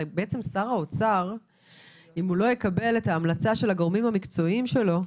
הרי בעצם אם שר האוצר לא יקבל את ההמלצה של הגורמים המקצועיים שלו,